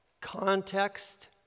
context